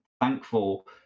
thankful